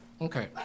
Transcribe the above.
Okay